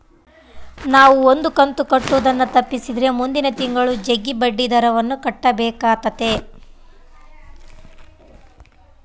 ನಾವು ಒಂದು ಕಂತು ಕಟ್ಟುದನ್ನ ತಪ್ಪಿಸಿದ್ರೆ ಮುಂದಿನ ತಿಂಗಳು ಜಗ್ಗಿ ಬಡ್ಡಿದರವನ್ನ ಕಟ್ಟಬೇಕಾತತೆ